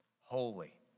holy